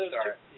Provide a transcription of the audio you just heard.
start